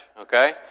okay